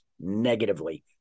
negatively